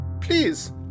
Please